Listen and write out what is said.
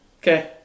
okay